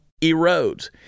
erodes